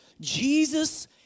Jesus